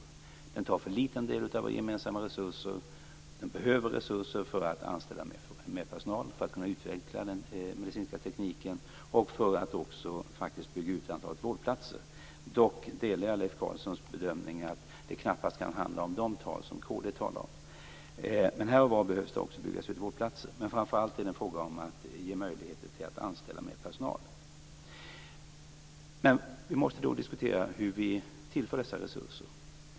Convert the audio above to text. Sjukvården tar för liten del av våra gemensamma resurser. Den behöver resurser för att kunna anställa mer personal, för att kunna utveckla den medicinska tekniken och för att utöka antalet vårdplatser - dock delar jag Leif Carlsons bedömning att det knappast kan handla om de tal som Kristdemokraterna talar om. Här och var behövs antalet vårdplatser byggas ut, men framför allt är det en fråga om att ge möjligheter till att anställa mer personal. Vi måste diskutera hur dessa resurser skall tillföras.